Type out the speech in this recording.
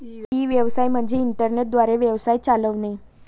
E व्यवसाय म्हणजे internet द्वारे व्यवसाय चालवणे